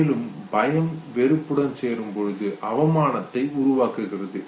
மேலும் பயம் வெறுப்புடன் சேரும்பொழுது அவமானத்தை உருவாக்குகிறது